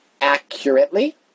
accurately